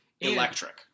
electric